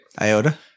Iota